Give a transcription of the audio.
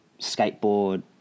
skateboard